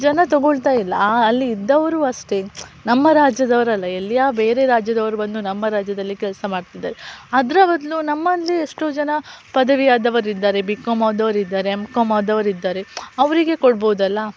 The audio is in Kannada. ಜನ ತಗೊಳ್ತಾ ಇಲ್ಲ ಅಲ್ಲಿ ಇದ್ದವರು ಅಷ್ಟೆ ನಮ್ಮ ರಾಜ್ಯದವರಲ್ಲ ಎಲ್ಲಿಯೋ ಬೇರೆ ರಾಜ್ಯದವರು ಬಂದು ನಮ್ಮ ರಾಜ್ಯದಲ್ಲಿ ಕೆಲಸ ಮಾಡ್ತಿದ್ದಾರೆ ಅದರ ಬದಲು ನಮ್ಮಲ್ಲಿ ಎಷ್ಟೋ ಜನ ಪದವಿಯಾದವರಿದ್ದಾರೆ ಬಿ ಕಾಂ ಆದವರಿದ್ದಾರೆ ಎಮ್ ಕಾಂ ಆದವರಿದ್ದಾರೆ ಅವರಿಗೆ ಕೊಡ್ಬೋದಲ್ಲ